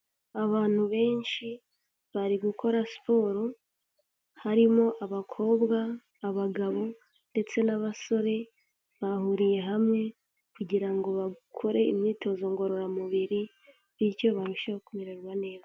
Abantu benshi bari gukora siporo, harimo abakobwa, abagabo, ndetse n'abasore, bahuriye hamwe kugira ngo bakore imyitozo ngororamubiri, bityo barusheho kumererwa neza.